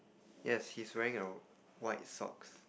yes he's wearing a white socks